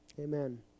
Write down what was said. Amen